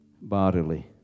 bodily